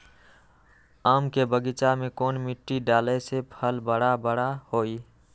आम के बगीचा में कौन मिट्टी डाले से फल बारा बारा होई?